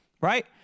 Right